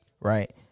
Right